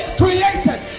created